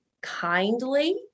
kindly